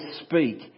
speak